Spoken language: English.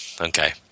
Okay